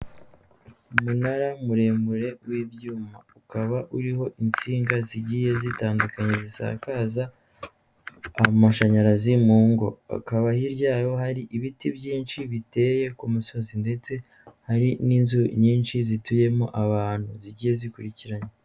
Umunara muremure w'ibyuma, ukaba uriho insinga zigiye zitandukanye zisakaza amashanyarazi mu ngo, akaba hirya yayo hari ibiti byinshi biteye ku musozi, ndetse hari n'inzu nyinshi zituyemo abantu zigiye zikurikiranye.